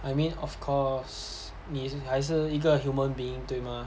I mean of course 你还是还是一个 human being 对吗